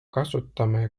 kasutama